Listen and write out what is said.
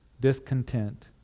discontent